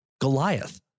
Goliath